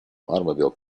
automobile